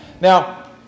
Now